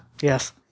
Yes